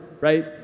right